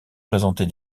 présenter